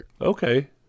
Okay